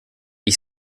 ich